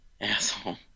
asshole